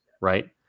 right